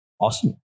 Awesome